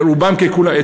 רובם ככולם,